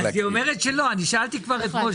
אז היא אומרת שלא, אני שאלתי כבר אתמול.